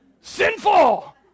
sinful